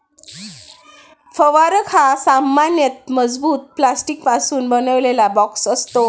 फवारक हा सामान्यतः मजबूत प्लास्टिकपासून बनवलेला बॉक्स असतो